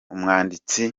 umwanditsi